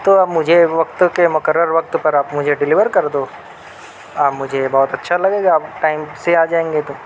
تو آپ مجھے وقت کے مقرر وقت پر آپ مجھے ڈیلیور کر دو آپ مجھے بہت اچھا لگے گا آپ ٹائم سے آ جائیں گے تو